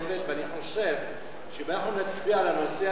ואני חושב שאם אנחנו נצביע על הנושא הזה,